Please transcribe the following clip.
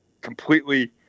completely